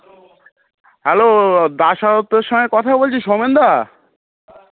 hello Das আড়তের সঙ্গে কথা বলছি সৌমেনদা